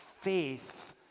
faith